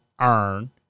earn